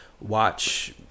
watch